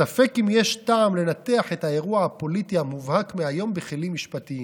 ספק אם יש טעם לנתח את האירוע הפוליטי המובהק מהיום בכלים משפטיים.